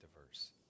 diverse